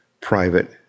private